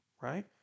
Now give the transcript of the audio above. right